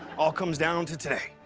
all comes down to today.